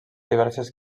diverses